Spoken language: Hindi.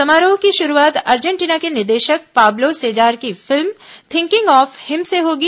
समारोह की शुरूआत अर्जेंटीना के निदेशक पाब्लो सेजार की फिल्म थिंकिंग ऑफ हिम से होगी